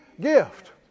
gift